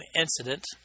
incident